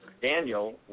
Daniel